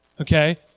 okay